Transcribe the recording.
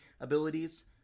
abilities